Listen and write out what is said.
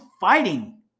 fighting